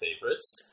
favorites